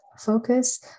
focus